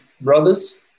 brothers